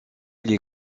les